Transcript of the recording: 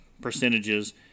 percentages